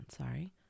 sorry